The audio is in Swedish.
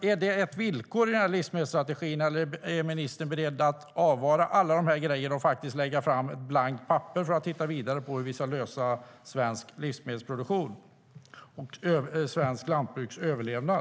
Är detta ett villkor i livsmedelsstrategin, eller är ministern beredd att avvara alla de här sakerna och lägga fram ett blankt papper för att titta vidare på hur vi ska lösa svensk livsmedelsproduktion och svenskt lantbruks överlevnad?